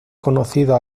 conocido